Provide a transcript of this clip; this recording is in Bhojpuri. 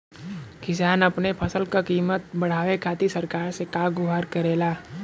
किसान अपने फसल क कीमत बढ़ावे खातिर सरकार से का गुहार करेला?